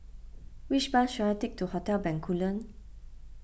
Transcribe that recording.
which bus should I take to Hotel Bencoolen